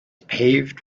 paved